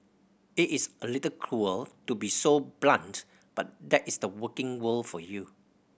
it is a little cruel to be so blunt but that is the working world for you